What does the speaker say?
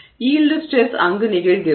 எனவே yield stress அங்கு நிகழ்கிறது